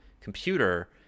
computer